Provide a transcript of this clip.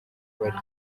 bari